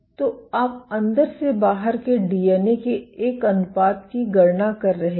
तो आप अंदर से बाहर के डीएनए के एक अनुपात की गणना कर रहे हैं